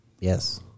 yes